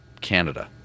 Canada